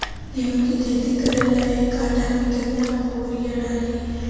गेहूं के खेती करे ला एक काठा में केतना युरीयाँ डाली?